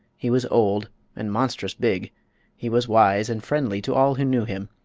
he was old and monstrous big he was wise and friendly to all who knew him.